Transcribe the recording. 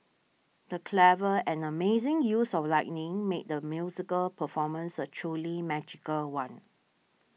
the clever and amazing use of lighting made the musical performance a truly magical one